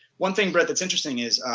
one thing, brett, that's interesting is